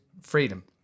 freedom